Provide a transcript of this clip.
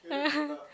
yeah